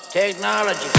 Technology